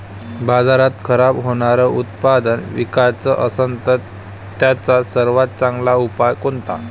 बाजारात खराब होनारं उत्पादन विकाच असन तर त्याचा सर्वात चांगला उपाव कोनता?